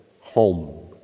home